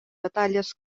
batalles